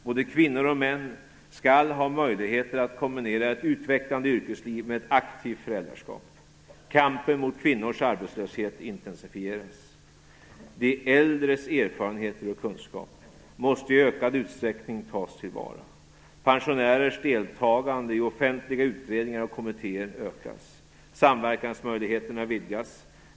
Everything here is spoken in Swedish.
Både kvinnor och män skall ha möjligheter att kombinera ett utvecklande yrkesliv med ett aktivt föräldraskap. Kampen mot kvinnors arbetslöshet intensifieras. De äldres erfarenheter och kunskaper måste i ökad utsträckning tas till vara. Pensionärers deltagande i offentliga utredningar och kommittéer ökas. Samverkansmöjligheterna vidgas.